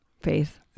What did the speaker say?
Faith